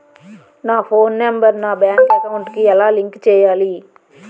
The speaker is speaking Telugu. నా ఫోన్ నంబర్ నా బ్యాంక్ అకౌంట్ కి ఎలా లింక్ చేయాలి?